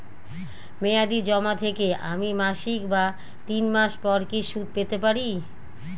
মেয়াদী জমা থেকে আমি মাসিক বা তিন মাস পর কি সুদ পেতে পারি?